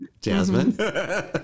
Jasmine